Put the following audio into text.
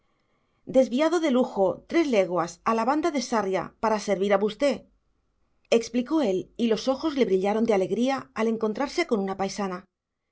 desviado de lujo tres légoas a la banda de sarria para servir a vusté explicó él y los ojos le brillaron de alegría al encontrarse con una paisana